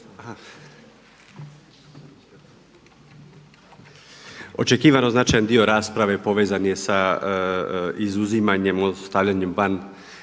Očekivano značajan dio rasprave povezan je sa izuzimanjem odnosno stavljanjem van